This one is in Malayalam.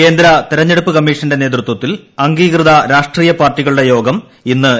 കേന്ദ്ര തെരഞ്ഞെടുപ്പ് കമ്മീഷന്റെ നേതൃത്വത്തിൽ അംഗീകൃത രാഷ്ട്രീയ പാർട്ടികളുടെ യോഗം ഇന്ന് ന്യൂഡൽഹിയിൽ ചേരും